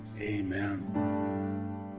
amen